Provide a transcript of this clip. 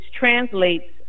translates